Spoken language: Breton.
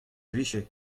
vije